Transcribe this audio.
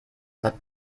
that